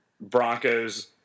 Broncos